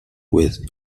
with